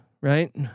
right